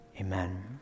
Amen